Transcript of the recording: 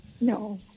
No